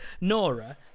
Nora